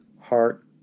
heart